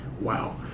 Wow